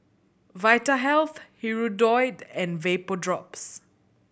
Vitahealth Hirudoid and Vapodrops